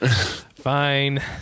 Fine